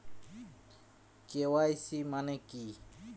KYC মানে কী?